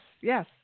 yes